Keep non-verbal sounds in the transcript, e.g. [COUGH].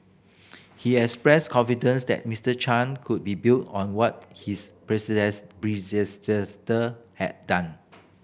he expressed confidence that Mister Chan could build on what his [UNINTELLIGIBLE] has done